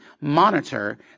monitor